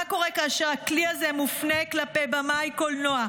מה קורה כאשר הכלי הזה מופנה כלפי במאי קולנוע,